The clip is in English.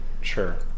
Sure